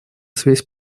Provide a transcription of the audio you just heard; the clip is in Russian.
связь